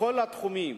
לכל התחומים.